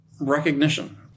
recognition